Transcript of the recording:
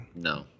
No